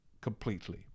completely